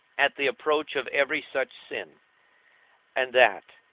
at the approach of every such sin and that,